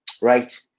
Right